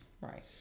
Right